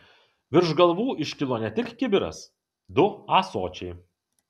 virš galvų iškilo ne tik kibiras du ąsočiai